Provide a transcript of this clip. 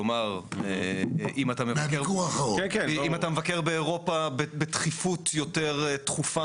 כלומר אם אתה מבקר באירופה בתכיפות יותר תכופה